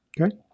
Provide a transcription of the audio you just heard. okay